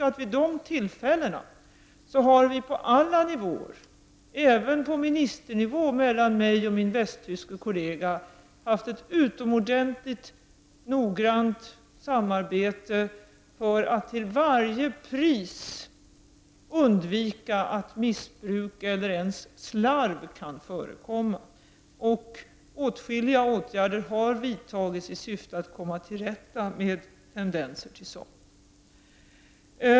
Men vid de tillfällena har vi på alla nivåer — även på ministernivå, och det gäller då mig och min västtyske kollega — haft ett utomordentligt noggrant samarbete för att till varje pris undvika missbruk. Inte ens slarv skall få förekomma. Åtskilliga åtgärder har vidtagits i syfte att komma till rätta med tendenser till sådant.